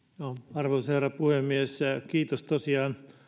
arvoisa herra puhemies kiitos tosiaan